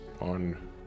on